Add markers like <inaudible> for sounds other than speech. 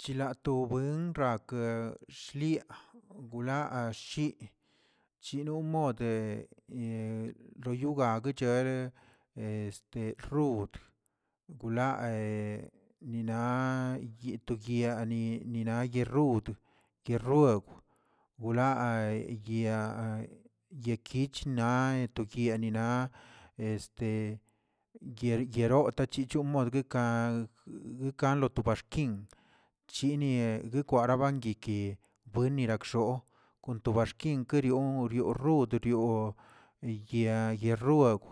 Chilato buen rakə shliꞌa, gulaa ashii, chino modə loyogagchere <hesitation> rod, gula <hesitation> nina yetoyani nina yeerud keroob wlaa yeea yekichna <hesitation> toyenina <hesitation> ye- yero tachicho modə de kang dekang to ba xkin, chinieꞌ nikwara banguinki buenirakxoo kon to ba xkin kiryo- ryo rud yo yaa yeroob